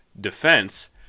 defense